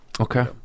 Okay